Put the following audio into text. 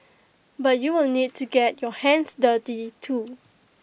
but you will need to get your hands dirty too